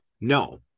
No